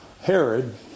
Herod